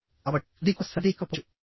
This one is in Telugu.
కాబట్టి అది కూడా సరైనది కాకపోవచ్చు